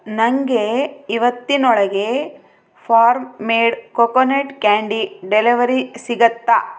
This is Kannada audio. ನನಗೆ ಇವತ್ತಿನೊಳಗೆ farm made coconut candy delivery ಸಿಗುತ್ತಾ